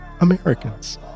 Americans